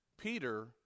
Peter